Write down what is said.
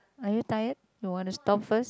are you tired you want to stop first